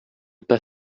pas